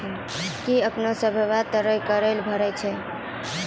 कि अपने सभ्भे तरहो के कर भरे छिये?